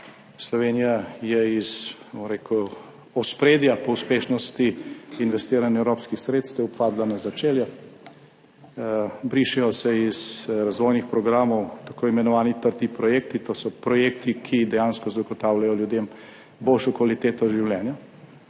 Slovenija je iz ospredja po uspešnosti investiranja evropskih sredstev padla na začelje. Brišejo se iz razvojnih programov tako imenovani trdi projekti, to so projekti, ki ljudem dejansko zagotavljajo boljšo kvaliteto življenja,